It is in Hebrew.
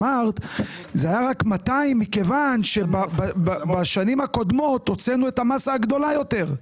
אמרת שזה היה רק 200,000 כי בשנים הקודמות הוצאתם את המאסה הגדולה יותר.